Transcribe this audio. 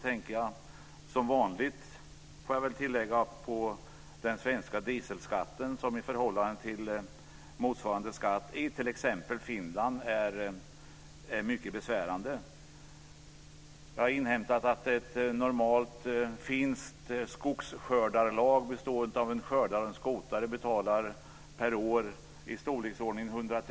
Då tänker jag, som vanligt får jag väl tillägga, på den svenska dieselskatten, som i förhållande till motsvarande skatt i t.ex. Finland är mycket besvärande. Jag har inhämtat siffrorna för ett normalt finskt skogsskördarlag bestående av en skördare och en skotare.